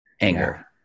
anger